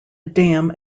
dam